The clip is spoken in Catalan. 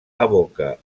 evoca